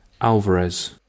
Alvarez